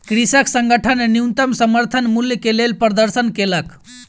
कृषक संगठन न्यूनतम समर्थन मूल्य के लेल प्रदर्शन केलक